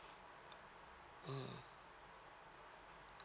mm